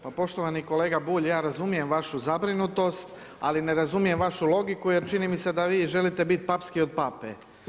Pa poštovani kolega Bulj, ja razumijem vašu zabrinutost, ali ne razumijem vašu logiku jer čini mi se da vi želite bit papskiji od Pape.